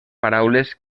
paraules